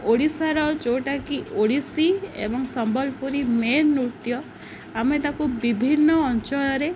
ଓଡ଼ିଶାର ଯେଉଁଟାକି ଓଡ଼ିଶୀ ଏବଂ ସମ୍ବଲପୁରୀ ମେନ୍ ନୃତ୍ୟ ଆମେ ତାକୁ ବିଭିନ୍ନ ଅଞ୍ଚଳରେ